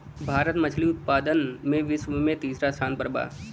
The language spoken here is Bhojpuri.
भारत मछली उतपादन में विश्व में तिसरा स्थान पर बा